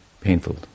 painful